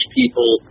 people